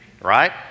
right